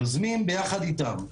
יוזמים ביחד איתם.